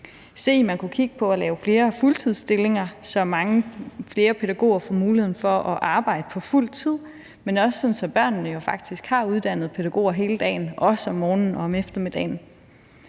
på at lave flere fuldtidsstillinger, så mange flere pædagoger får mulighed for at arbejde på fuld tid, men også sådan at børnene faktisk har uddannede pædagoger hele dagen, også om morgenen og om eftermiddagen;